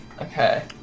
Okay